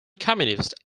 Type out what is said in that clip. communist